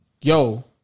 Yo